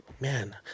man